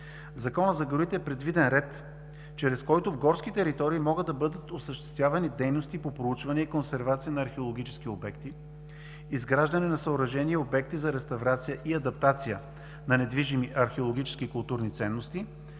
Закона за горите е предвиден ред, чрез който в горски територии могат да бъдат осъществявани дейности по проучване и консервация на археологически обекти, изграждане на съоръжения и обекти за реставрация и адаптация на недвижими археологически културни ценности,